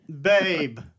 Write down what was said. babe